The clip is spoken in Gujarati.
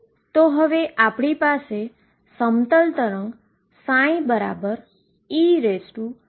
હવે આપણી પાસે સમતલ વેવ ψeikx છે